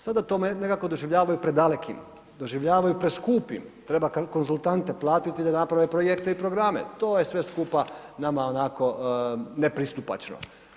Sada to nekako doživljavaju predalekim, doživljavaju preskupim, treba konzultante platiti da naprave projekte i programe, to je sve skupa nama onako nepristupačno.